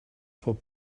pob